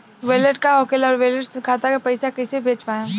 Wallet का होखेला और वैलेट से खाता मे पईसा कइसे भेज पाएम?